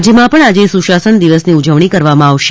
રાજ્યમાં પણ આજે સુશાસન દિવસની ઉજવણી કરવામાં આવશે